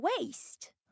waste